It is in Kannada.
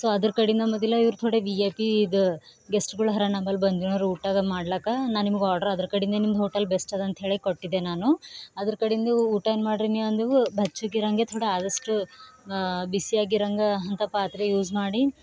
ಸೊ ಅದ್ರ ಕಡಿಂದ ಮೊದಲೇ ಇವರು ಥೊಡೆ ವೀ ಐ ಪೀ ಇದು ಗೆಸ್ಟ್ಗಳು ಅರ ನಮ್ಮಲ್ಲಿ ಬಂದಿನರು ಊಟಗಳು ಮಾಡ್ಲಿಕ ನಾನು ನಿಮಗೆ ಆರ್ಡರ್ ಅದ್ರ ಕಡಿಂದೆ ನಿಮ್ದು ಹೋಟೆಲ್ ಬೆಸ್ಟ್ ಅದ ಅಂತ ಹೇಳಿ ಕೊಟ್ಟಿದೆ ನಾನು ಅದ್ರ ಕಡಿಂದು ಊಟ ಏನು ಮಾಡಿರಿ ನೀವು ಅಂದೆವು ಬೆಚ್ಚಗೆ ಇರೋಹಂಗೆ ಥೊಡ ಆದಷ್ಟು ಬಿಸಿ ಆಗಿ ಇರೋಹಂಗೆ ಅಂಥ ಪಾತ್ರೆ ಯೂಸ್ ಮಾಡಿ